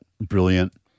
brilliant